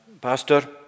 pastor